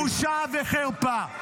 בושה וחרפה.